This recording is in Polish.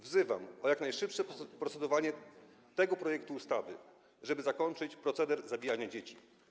Wzywam do jak najszybszego procedowania nad tym projektem ustawy, żeby zakończyć proceder zabijania dzieci.